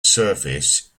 surface